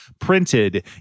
Printed